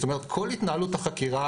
כל התנהלות החקירה,